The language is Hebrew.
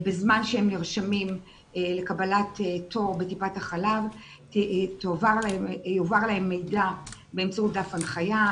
בזמן שהם נרשמים לקבלת תור בטיפת החלב יועבר להם מידע באמצעות דף הנחיה,